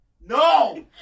No